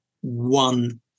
one